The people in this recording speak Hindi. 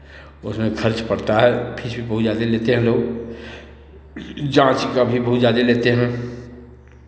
उसमें खर्च पड़ता है फीस भी बहुत ज़्यादे लेते हैं लोग जाँच का भी बहुत ज़्यादे लेते हैं